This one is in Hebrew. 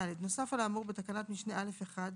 (ד)נוסף על האמור בתקנת משנה (א)(1),